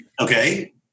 Okay